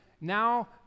Now